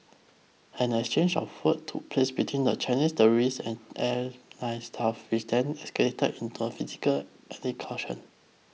an exchange of took place between the Chinese tourists and airline staff which then escalated into a physical altercation